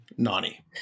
Nani